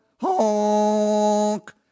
HONK